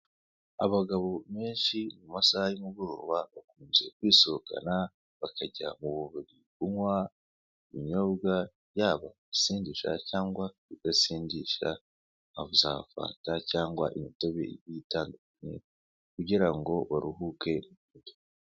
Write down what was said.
Abagabo benshi mu masaha y'umugoroba bakunze kwisohokana, bakajya mu bubari kunywa ibinyobwa yaba ibisindisha cyangwa ibidasindisha, nka za fanta cyangwa imitobe igiye itandukanye kugira ngo baruhuke mu mutwe.